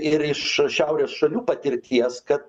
ir iš šiaurės šalių patirties kad